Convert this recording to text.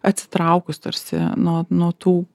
atsitraukus tarsi nuo nuo tų